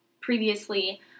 previously